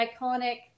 iconic